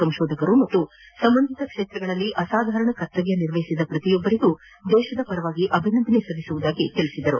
ಸಂಶೋಧಕರು ಮತ್ತು ಸಂಬಂಧಿತ ಕ್ಷೇತ್ರಗಳಲ್ಲಿ ಅಸಾಧಾರಣ ಕರ್ತವ್ಯ ನಿರ್ವಹಿಸಿದ ಪ್ರತಿಯೊಬ್ಬರಿಗೂ ದೇಶದ ಪರವಾಗಿ ಅಭಿನಂದನೆ ಸಲ್ಲಿಸುವುದಾಗಿ ತಿಳಿಸಿದರು